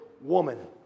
woman